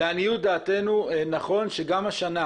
לעניות דעתנו נכון שגם השנה,